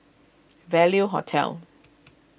Value Hotel